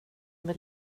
vill